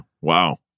wow